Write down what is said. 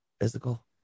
Physical